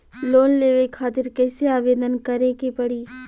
Loan लेवे खातिर कइसे आवेदन करें के पड़ी?